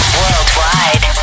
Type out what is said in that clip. worldwide